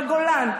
בגולן.